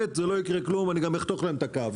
ב, לא יקרה כלום, אני גם אחתוך להם את הקו.